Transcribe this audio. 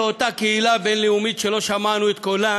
זו אותה קהילה בין-לאומית שלא שמענו את קולה